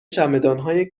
چمدانهای